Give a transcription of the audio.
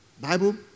Bible